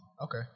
okay